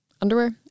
underwear